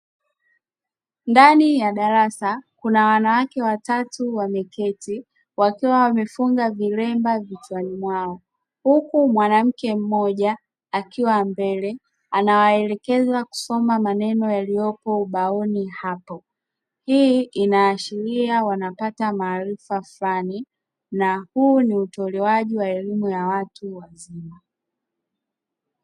Ndani ya darasa kuna wanawake watatu wameketi wakiwa wamefunga vilemba vichwani mwao, huku mwanamke mmoja akiwa mbele anawaelekeza kusoma maneno yaliyopo ubaoni hapo hii inaashiria wanapata maarifa fulani na huu ni utolewaji wa elimu ya watu wazima.